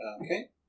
Okay